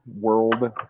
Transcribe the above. world